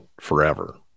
forever